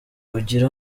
ugire